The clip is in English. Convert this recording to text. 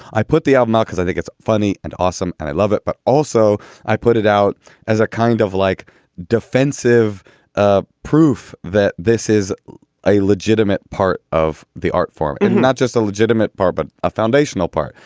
i put the album out because i think it's funny and awesome and i love it. but also i put it out as a kind of like defensive proof that this is a legitimate part of the art form and not just a legitimate part, but a foundational part.